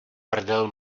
prdel